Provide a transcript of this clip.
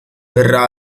verrà